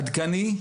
עדכני,